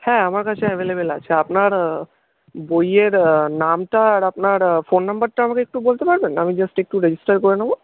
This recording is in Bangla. হ্যাঁ আমার কাছে অ্যাভেলেবেল আছে আপনার বইয়ের নামটা আর আপনার ফোন নম্বরটা আমাকে একটু বলতে পারবেন আমি জাস্ট একটু রেজিস্টার করে নেবো